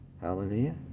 Hallelujah